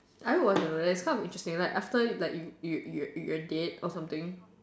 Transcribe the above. I was a rest it was kind of interesting like after like you you you you're dead or something